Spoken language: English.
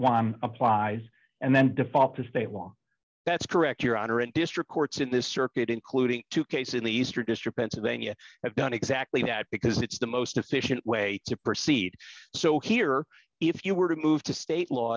one apply and then default to a law that's correct your honor and district courts in this circuit including two case in the eastern district and then you have done exactly that because it's the most efficient way to proceed so here if you were to move to state law